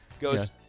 goes